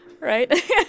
right